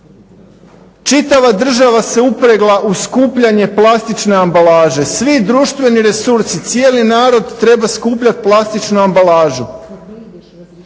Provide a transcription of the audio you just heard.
Čitava država se upregla u skupljanje plastične ambalaže, svi društveni resursi, cijeli narod treba skupljati plastičnu ambalažu.